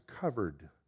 covered